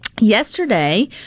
yesterday